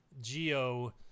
Geo